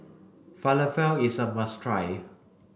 Falafel is a must try